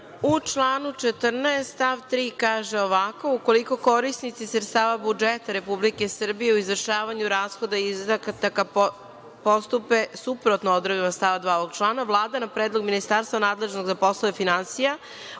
U članu 14. stav 3. kaže ovako – ukoliko korisnici sredstava budžeta Republike Srbije o izvršavanju rashoda, izdataka postupe suprotno odredbama stava 2. od člana, Vlada na predlog ministarstva nadležnog za poslove finansija,